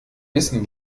wissen